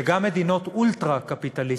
שגם מדינות אולטרה-קפיטליסטיות,